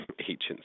agents